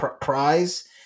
prize